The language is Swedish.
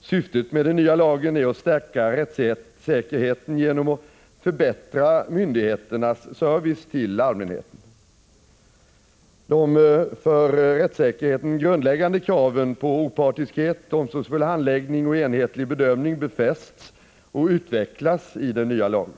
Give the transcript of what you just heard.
Syftet med den nya lagen är att stärka rättssäkerheten genom att förbättra myndigheternas service till allmänheten. De för rättssäkerheten grundläggande kraven på opartiskhet, omsorgsfull handläggning och enhetlig bedömning befästs och utvecklas i lagen.